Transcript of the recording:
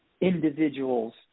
individuals